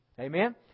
Amen